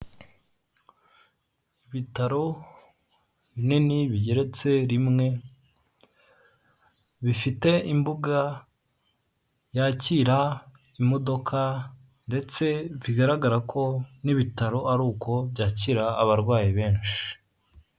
Ibitaro binini bigeretse rimwe bifite imbuga yakira imodoka ndetse bigaragara ko n'ibitaro ari uko byakira abarwayi benshi.